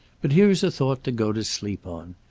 but here's a thought to go to sleep on.